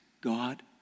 God